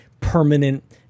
permanent